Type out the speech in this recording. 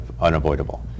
unavoidable